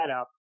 up